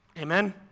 Amen